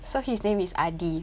so his name is Adi